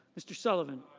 mr. sullivan